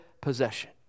possession